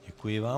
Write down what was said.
Děkuji vám.